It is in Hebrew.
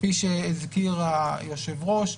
כפי שהזכיר היושב-ראש,